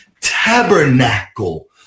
tabernacle